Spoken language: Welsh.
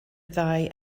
ddau